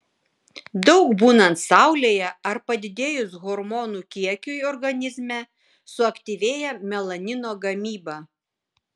daug būnant saulėje ar padidėjus hormonų kiekiui organizme suaktyvėja melanino gamyba